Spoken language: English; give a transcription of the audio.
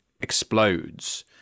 explodes